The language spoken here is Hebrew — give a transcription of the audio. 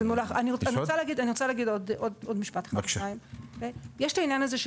אני רוצה להגיד עוד משפט אחד: יש את העניין הזה של